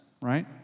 right